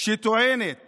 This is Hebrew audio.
שטוענת